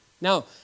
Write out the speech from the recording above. Now